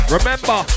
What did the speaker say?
Remember